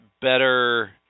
better